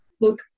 Look